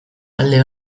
alde